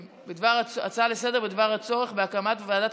הצעה לסדר-היום בדבר הצורך בהקמת ועדת